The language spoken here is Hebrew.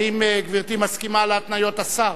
האם גברתי מסכימה להתניות השר?